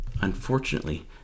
unfortunately